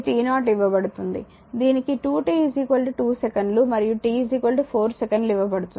ఇది t0 ఇవ్వబడుతుంది దీనికి 2 t 2 సెకన్లు మరియు t 4 సెకన్లు ఇవ్వబడుతుంది